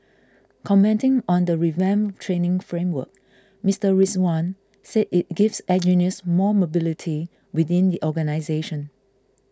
commenting on the revamped training framework Mister Rizwan said it gives engineers more mobility within the organisation